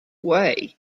way